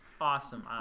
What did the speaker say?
Awesome